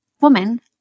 woman